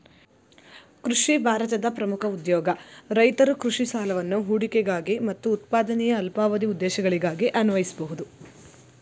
ಕೃಷಿ ಭಾರತದ ಪ್ರಮುಖ ಉದ್ಯೋಗ ರೈತರು ಕೃಷಿ ಸಾಲವನ್ನು ಹೂಡಿಕೆಗಾಗಿ ಮತ್ತು ಉತ್ಪಾದನೆಯ ಅಲ್ಪಾವಧಿ ಉದ್ದೇಶಗಳಿಗಾಗಿ ಅನ್ವಯಿಸ್ಬೋದು